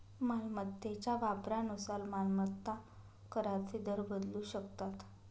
मालमत्तेच्या वापरानुसार मालमत्ता कराचे दर बदलू शकतात